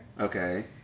Okay